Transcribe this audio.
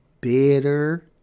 bitter